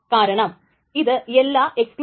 അപ്പോൾ ഇത് ക്യാസ്കേടലസ് അല്ല